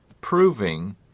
proving